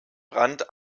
brand